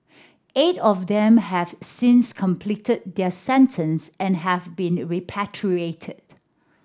eight of them have since completed their sentence and have been repatriated